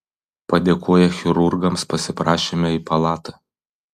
padėkoję chirurgams pasiprašėme į palatą